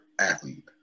athlete